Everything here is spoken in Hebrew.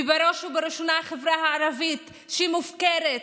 ובראש ובראשונה החברה הערבית, שמופקרת.